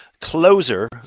closer